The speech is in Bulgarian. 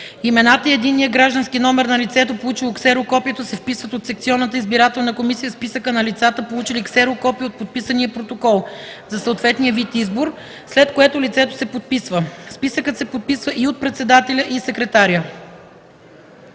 Имената и единният граждански номер на лицето, получило ксерокопието, се вписват от секционната избирателна комисия в списъка на лицата, получили ксерокопие от подписания протокол за съответния вид избор, след което лицето се подписва. Списъкът се подписва и от председателя и секретаря.”